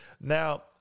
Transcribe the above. Now